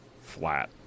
flat